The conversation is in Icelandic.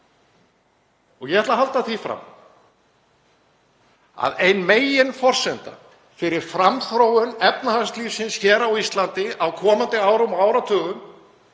Ég ætla að halda því fram að ein meginforsenda fyrir framþróun efnahagslífsins hér á Íslandi á komandi árum og áratugum